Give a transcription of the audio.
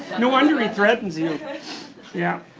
no wonder he threatens you. yeah.